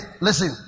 listen